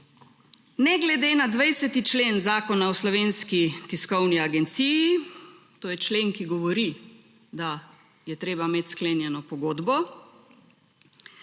»Ne glede na 20. člen Zakona o slovenski tiskovni agenciji«, to je člen, ki govori, da je treba imeti sklenjeno pogodbo,